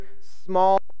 small